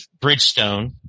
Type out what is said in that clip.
Bridgestone